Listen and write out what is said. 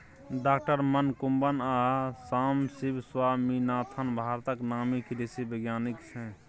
डॉ मनकुंबन आ सामसिब स्वामीनाथन भारतक नामी कृषि बैज्ञानिक छै